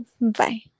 bye